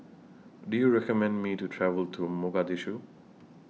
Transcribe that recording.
Do YOU recommend Me to travel to Mogadishu